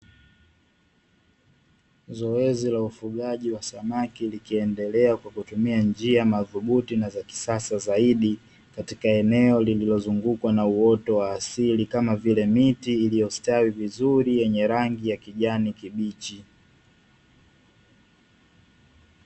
Zoezi la ufugaji wa samaki likiendelea kwa tumia njia madhubuti na za kisasa zaidi, katika eneo linalozungukwa na uoto wa asili kama vile miti iliyostawi vizuri yenye rangi ya kijani kibichi.